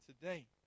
today